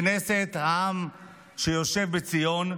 בכנסת העם שיושב בציון,